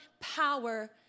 power